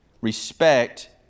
Respect